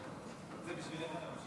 בבקשה.